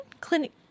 clinic